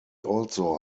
also